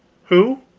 who?